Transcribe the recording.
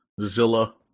Zilla